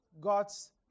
God's